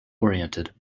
oriented